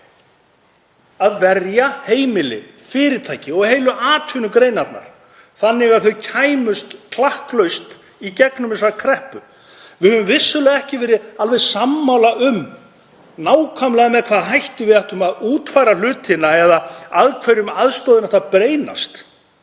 að verja heimili, fyrirtæki og heilu atvinnugreinarnar þannig að þær kæmust klakklaust í gegnum þessa kreppu. Við höfum vissulega ekki verið alveg sammála um nákvæmlega með hvaða hætti við ættum að útfæra hlutina eða að hverjum aðstoðin ætti að beinast